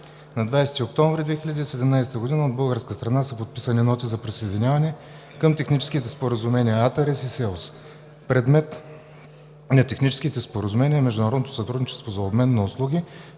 На 20 октомври 2017 г. от българска страна са подписани ноти за присъединяване към техническите споразумения ATARES и SEOS. Предмет на техническите споразумения ATARES и SEOS е международното сътрудничество за обмен на услуги